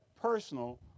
personal